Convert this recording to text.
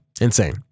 Insane